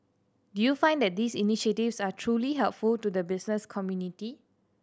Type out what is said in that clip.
do you find that these initiatives are truly helpful to the business community